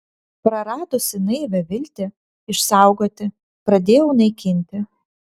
praradusi naivią viltį išsaugoti pradėjau naikinti